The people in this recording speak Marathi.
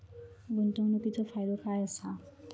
गुंतवणीचो फायदो काय असा?